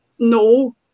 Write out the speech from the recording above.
No